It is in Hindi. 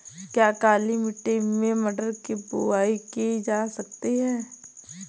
क्या काली मिट्टी में मटर की बुआई की जा सकती है?